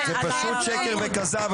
זה פשוט שקר וכזב.